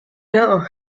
know